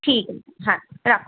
ঠিক হ্যাঁ রাখো